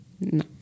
No